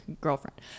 girlfriend